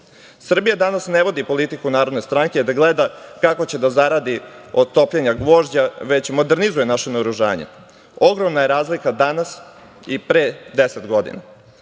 42%.Srbija danas ne vodi politiku Narodne stranke, da gleda kako će da zaradi od topljenja gvožđa, već modernizuje naše naoružanje. Ogromna je razlika danas i pre 10